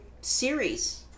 series